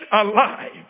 alive